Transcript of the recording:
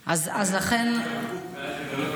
ואז לגלות,